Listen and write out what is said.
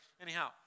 Anyhow